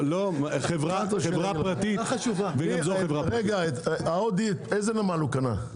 ההודי, איזה נמל קנה?